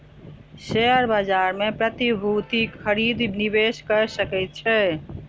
share बाजार मे प्रतिभूतिक खरीद निवेशक कअ सकै छै